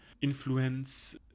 influence